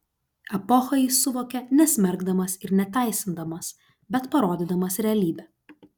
epochą jis suvokia nesmerkdamas ir neteisindamas bet parodydamas realybę